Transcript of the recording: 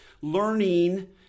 Learning